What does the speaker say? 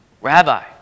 Rabbi